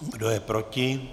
Kdo je proti?